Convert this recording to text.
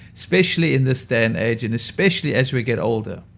especially in this day and age, and especially as we get older